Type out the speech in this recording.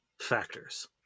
factors